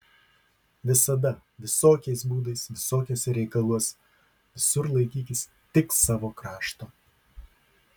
visada visokiais būdais visokiuos reikaluos visur laikykis tik savo krašto